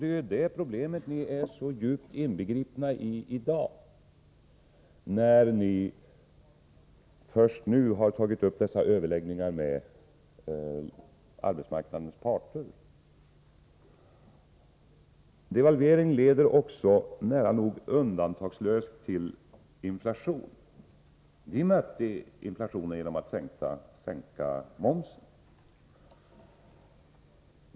Det är ju det problemet som ni i dag är så djupt inbegripna i, när ni först nu har tagit upp dessa överläggningar med arbetsmarknadens parter. Devalvering leder också nära nog undantagslöst till inflation. Vi mötte inflationen genom att sänka momsen.